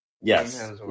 Yes